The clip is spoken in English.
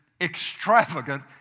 extravagant